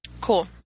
Cool